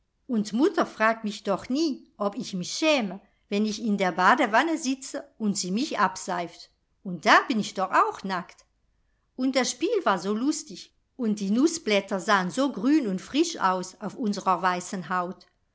und mutter fragt mich doch nie ob ich mich schäme wenn ich in der badewanne sitze und sie mich abseift und da bin ich doch auch nackt und das spiel war so lustig und die nußblätter sahen so grün und frisch aus auf unsrer weißen haut